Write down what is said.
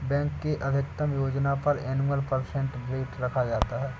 bank के अधिकतम योजना पर एनुअल परसेंटेज रेट रखा जाता है